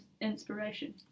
inspiration